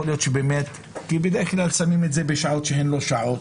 יכול להיות ששמים את זה בשעות שהן לא שעות